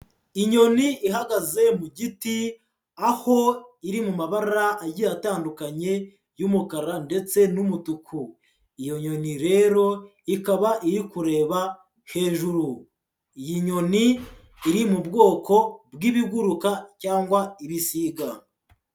Inyoni ihagaze mu giti aho iri mu mabara agiye atandukanye y'umukara ndetse n'umutuku, iyo nyoni rero ikaba iri kureba hejuru, iyi nyoni iri mu bwoko bw'ibiguruka cyangwa ibisiga.